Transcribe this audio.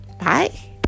Bye